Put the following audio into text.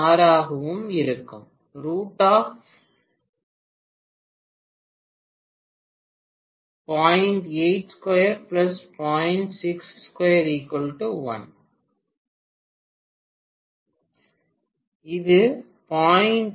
6 ஆகவும் இருக்கும் இது 0